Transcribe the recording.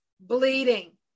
bleeding